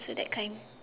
so that kind